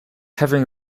having